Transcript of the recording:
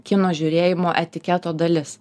kino žiūrėjimo etiketo dalis